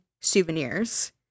souvenirs